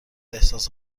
احساس